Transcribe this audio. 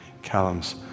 Callum's